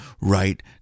right